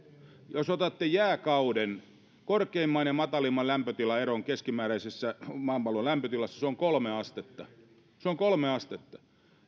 jos otatte jääkauden korkeimman ja matalimman lämpötilan eron maapallon keskimääräisessä lämpötilassa se on kolme astetta se on kolme astetta